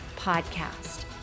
podcast